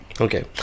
Okay